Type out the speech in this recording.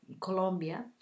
Colombia